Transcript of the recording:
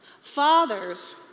Fathers